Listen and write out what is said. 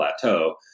plateau